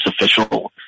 official